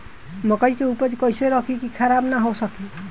मकई के उपज कइसे रखी की खराब न हो सके?